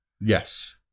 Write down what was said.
Yes